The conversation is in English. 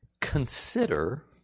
consider